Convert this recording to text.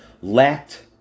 lacked